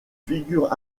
figure